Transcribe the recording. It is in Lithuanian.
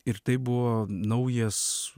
ir tai buvo naujas